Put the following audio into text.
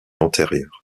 antérieurs